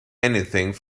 anything